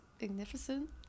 magnificent